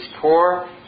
poor